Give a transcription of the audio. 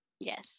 Yes